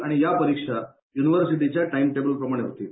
आणि या परीक्षा युनिव्हर्सिटीच्या टाइम टेबल प्रमाणे होतील